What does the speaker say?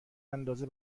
اندازه